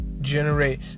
generate